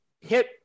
hit